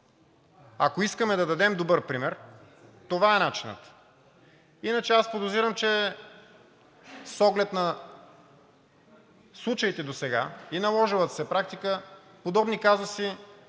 ако искаме да дадем добър пример, това е начинът. Иначе аз подозирам, че с оглед на случаите досега и наложилата се практика подобни казуси